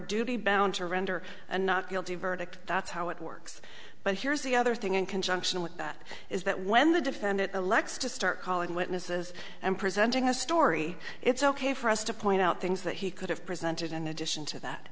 duty bound to render a not guilty verdict that's how it works but here's the other thing in conjunction with that is that when the defendant elects to start calling witnesses and presenting a story it's ok for us to point out things that he could have presented in addition to that